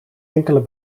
enkele